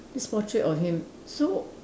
this portrait of him so